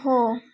हो